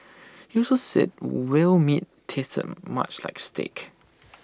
he also said whale meat tasted much like steak